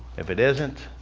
if it isn't,